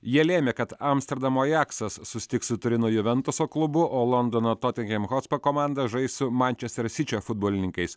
jie lėmė kad amsterdamo ajaksas susitiks su turino juventuso klubu o londono totenham hotspo komanda žais su mančesterio sičio futbolininkais